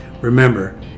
Remember